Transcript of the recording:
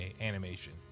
animation